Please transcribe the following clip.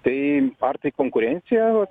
tai tarkim konkurencija